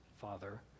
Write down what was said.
Father